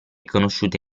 conosciuta